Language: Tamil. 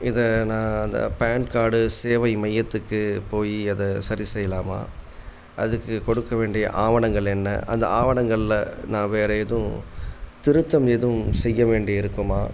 இதை நான் அந்த பான் கார்டு சேவை மையத்துக்குப் போய் அதை சரி செய்யலாமா அதுக்கு கொடுக்க வேண்டிய ஆவணங்கள் என்ன அந்த ஆவணங்களில் நான் வேறு எதுவும் திருத்தம் எதுவும் செய்ய வேண்டி இருக்குமா